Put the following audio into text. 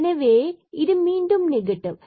எனவே இது மீண்டும் நெகட்டிவ்